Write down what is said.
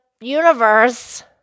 universe